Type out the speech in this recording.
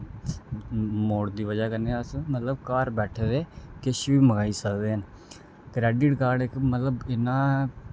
mode दी बजह् कन्नै अस मतलब घर बैठे दे किश बी मंगाई सकदे न क्रैडिट कार्ड इक मतलब इन्ना